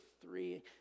three